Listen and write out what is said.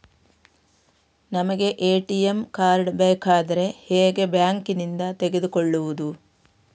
ನಮಗೆ ATM card ಬೇಕಾದ್ರೆ ಹೇಗೆ ಬ್ಯಾಂಕ್ ನಿಂದ ತೆಗೆದುಕೊಳ್ಳುವುದು?